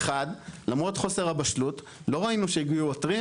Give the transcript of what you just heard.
אחד, למרות חוסר הבשלות, לא ראינו שהגיעו עותרים.